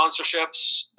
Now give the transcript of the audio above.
sponsorships